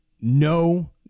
no